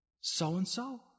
so-and-so